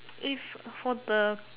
if for the